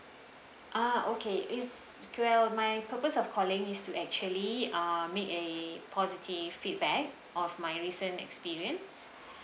ah okay is well my purpose of calling is to actually uh make a positive feedback of my recent experience